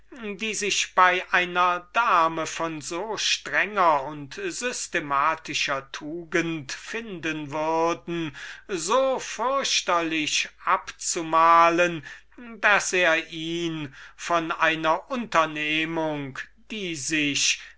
die schwierigkeiten welche er bei einer dame von so strenger und systematischer tugend finden würde so fürchterlich abzumalen daß er ihn von einer unternehmung welche sich